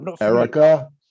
Erica